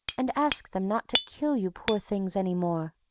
and ask them not to kill you poor things any more.